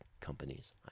companies